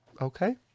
Okay